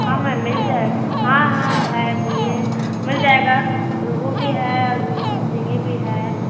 हाँ मैम मिल जाए हाँ हाँ है बोलिए मिल जाएगा रोहू भी है भिंगी भी है